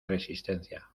resistencia